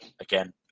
Again